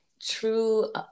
true